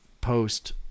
post